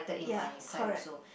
ya correct